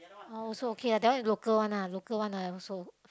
uh also okay lah that one is local one ah local one I also